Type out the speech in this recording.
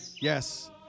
Yes